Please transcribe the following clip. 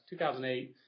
2008